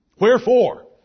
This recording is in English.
Wherefore